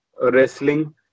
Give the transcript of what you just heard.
wrestling